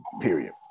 Period